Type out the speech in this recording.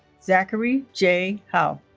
zachary j. howe